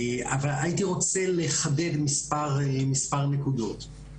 הייתי רוצה לחדד מספר נקודות.